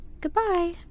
Goodbye